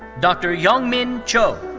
dr. yongmin cho.